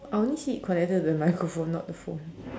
I only see it connected to the microphone not the phone